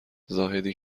زاهدی